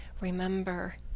remember